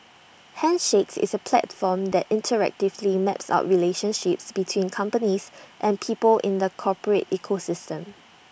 handshakes is A platform that interactively maps out relationships between companies and people in the corporate ecosystem